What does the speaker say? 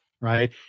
right